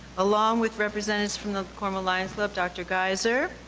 along with representatives from the cornwall lions club, dr. geizer,